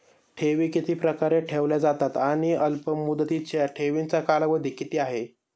ठेवी किती प्रकारे ठेवल्या जातात आणि अल्पमुदतीच्या ठेवीचा कालावधी किती आहे?